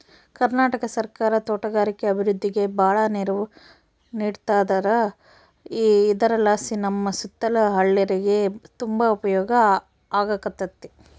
ಕರ್ನಾಟಕ ಸರ್ಕಾರ ತೋಟಗಾರಿಕೆ ಅಭಿವೃದ್ಧಿಗೆ ಬಾಳ ನೆರವು ನೀಡತದಾರ ಇದರಲಾಸಿ ನಮ್ಮ ಸುತ್ತಲ ಹಳ್ಳೇರಿಗೆ ತುಂಬಾ ಉಪಯೋಗ ಆಗಕತ್ತತೆ